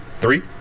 three